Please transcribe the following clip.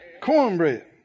Cornbread